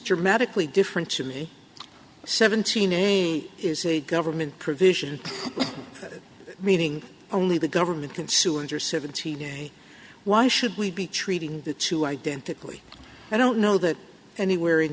dramatically different to me seventeen is a government provision meaning only the government can sue under seventeen why should we be treating the two identically i don't know that anywhere in